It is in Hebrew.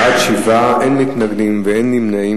בעד, 7, אין מתנגדים ואין נמנעים.